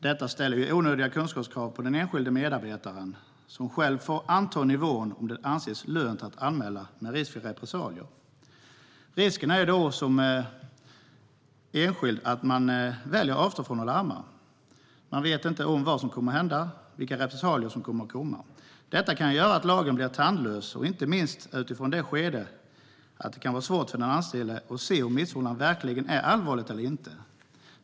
Detta ställer onödiga kunskapskrav på den enskilda medarbetaren, som själv får anta nivån om det ska anses lönt att anmäla med risk för repressalier. Risken är då att man som enskild avstår från att larma. Man vet inte vad som kommer att hända eller vilka repressalier som kan komma. Detta kan göra att lagen blir tandlös, inte minst utifrån det perspektivet att det kan vara svårt för den anställde att se om missförhållandet verkligen är allvarligt eller inte.